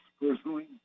personally